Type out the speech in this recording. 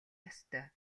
ёстой